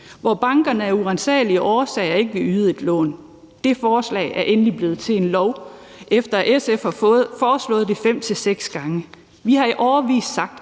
når bankerne af uransagelige årsager ikke vil yde et lån. Det forslag er endelig blevet til en lov, efter at SF har foreslået det fem-seks gange. Vi har i årevis sagt,